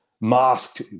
masked